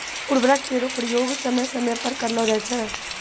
उर्वरक केरो प्रयोग समय समय पर करलो जाय छै